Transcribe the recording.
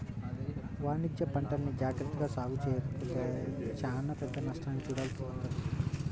వాణిజ్యపంటల్ని జాగర్తగా సాగు చెయ్యకపోతే చానా పెద్ద నష్టాన్ని చూడాల్సి వత్తది